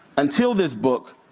until this book,